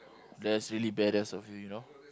that's really badass of you you know